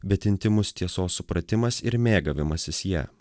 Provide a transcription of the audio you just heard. bet intymus tiesos supratimas ir mėgavimasis ja